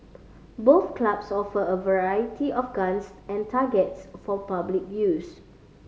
both clubs offer a variety of guns and targets for public use